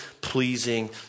pleasing